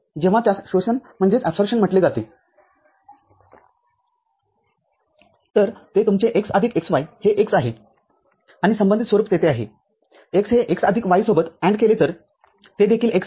जेव्हा त्यास शोषण म्हटले जाते तरते तुमचे x आदिक xy हे x आहे आणि संबंधित स्वरूप तेथे आहे x हे x आदिक y सोबत AND केले तर ते देखील x आहे